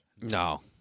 No